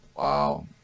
Wow